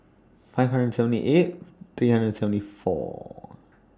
five hundred and seventy eight three hundred and seventy four